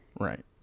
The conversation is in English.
Right